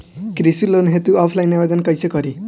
कृषि लोन हेतू ऑफलाइन आवेदन कइसे करि?